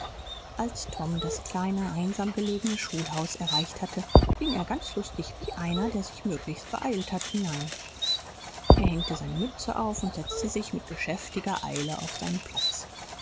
als tom das kleine einsam gelegene schulhaus erreicht hatte ging er ganz lustig wie einer der sich möglichst beeilt hat hinein er hängte seine mütze auf und setzte sich mit geschäftiger eile auf seinen platz